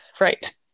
Right